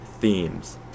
themes